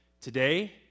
today